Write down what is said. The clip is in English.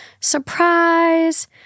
surprise